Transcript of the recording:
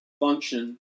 function